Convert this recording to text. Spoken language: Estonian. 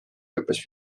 lõppes